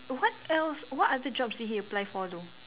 what else what other jobs did he apply for though